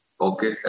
okay